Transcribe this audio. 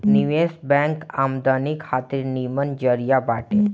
निवेश बैंक आमदनी खातिर निमन जरिया बाटे